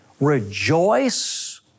rejoice